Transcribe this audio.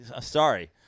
sorry